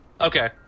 Okay